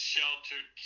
sheltered